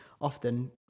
often